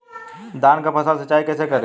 धान के फसल का सिंचाई कैसे करे?